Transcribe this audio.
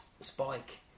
Spike